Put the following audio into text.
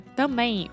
também